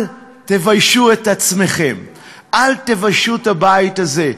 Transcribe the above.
אל תביישו את עצמכם, אל תביישו את הבית הזה.